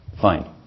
Fine